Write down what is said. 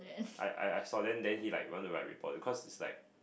I I I saw then then he like want to write report to cause it's like